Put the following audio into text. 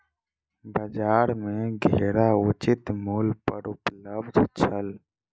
बजार में घेरा उचित मूल्य पर उपलब्ध छल